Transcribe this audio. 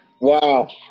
Wow